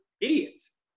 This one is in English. idiots